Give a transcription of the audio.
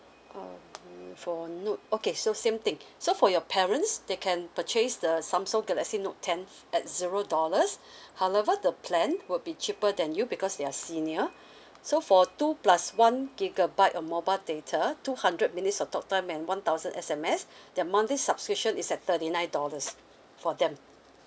um for note okay so same thing so for your parents they can purchase the Samsung galaxy note ten at zero dollars however the plan would be cheaper than you because they are senior so for two plus one gigabyte err mobile data two hundred minutes of time and one thousand S_M_S their monthly subscription is at thirty nine dollars for them